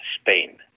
Spain